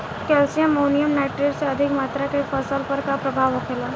Calcium ammonium nitrate के अधिक मात्रा से फसल पर का प्रभाव होखेला?